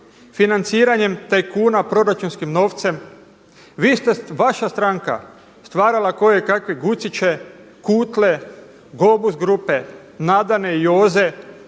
financiranjem tajkuna proračunskim novcem. Vaša stranka stvarala je kojekakve Guciće, Kutle, Globus grupe, Nadane, Joze